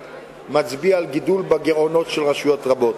מצביע על גידול בגירעונות של רשויות רבות.